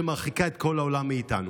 שמרחיקה את כל העולם מאיתנו.